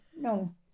no